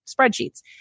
spreadsheets